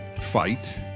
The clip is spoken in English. fight